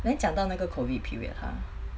then 讲到那个 COVID period !huh!